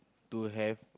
to have